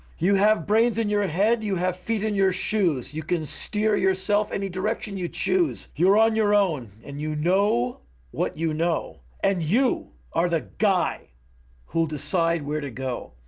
you have brains in your head. you have feet in your shoes. you can steer yourself any direction you choose. you're on your own. and you know what you know. and you are the guy who'll decide where to go.